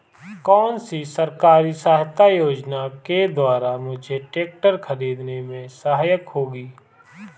कौनसी सरकारी सहायता योजना के द्वारा मुझे ट्रैक्टर खरीदने में सहायक होगी?